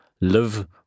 live